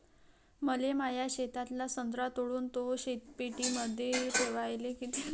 मले माया शेतातला संत्रा तोडून तो शीतपेटीमंदी ठेवायले किती खर्च येईन?